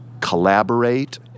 collaborate